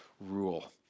rule